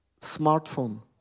smartphone